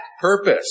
purpose